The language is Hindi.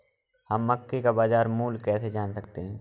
हम मक्के का बाजार मूल्य कैसे जान सकते हैं?